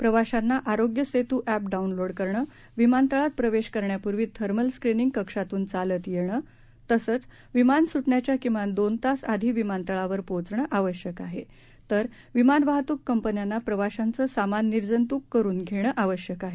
प्रवाशांना Aarogya Setu app download करणं विमानतळात प्रवेश करण्यापूर्वी थर्मल स्क्रीनिंग कक्षातून चालत येणं तसंच विमान सुटण्याच्या किमान दोन तास आधी विमानतळावर पोहोचणं आवश्यक आहे तर विमान वाहतुक कंपन्यांना प्रवाशांचं सामान निर्जंतुक करून घेणं आवश्यक आहे